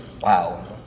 wow